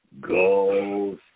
Go